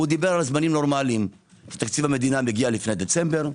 הוא דיבר על זמנים נורמליים - תקציב המדינה מגיע לפני דצמבר,